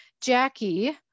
Jackie